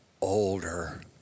older